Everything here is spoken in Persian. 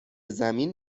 زمین